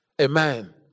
Amen